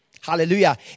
Hallelujah